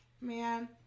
man